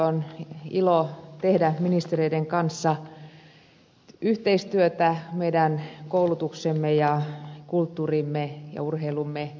on ilo tehdä ministereiden kanssa yhteistyötä meidän koulutuksemme ja kulttuurimme ja urheilumme eteen